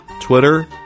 Twitter